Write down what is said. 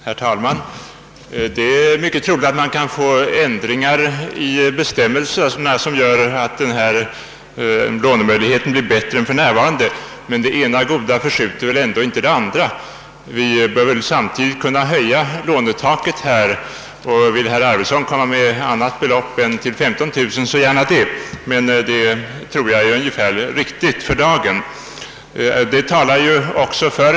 Herr talman! Det är mycket möjligt att man kan få till stånd ändringar i bestämmelserna som gör att lånemöjligheterna blir bättre än de är för närvarande. Men det ena goda förskjuter väl ändå inte det andra. Vi bör väl nu kunna höja lånetaket. Vill herr Arweson föreslå ett annat belopp än 15000 kronor så gärna det! Men jag tror att en höjning till det beloppet är ungefär riktigt för dagen.